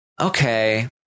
okay